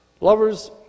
lovers